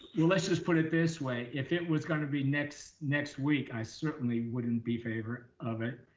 let's just put it this way. if it was gonna be next, next week, i certainly wouldn't be favor of it.